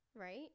Right